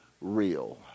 real